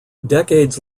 decades